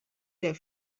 sehr